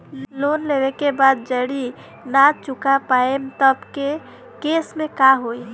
Loan लेवे के बाद जड़ी ना चुका पाएं तब के केसमे का होई?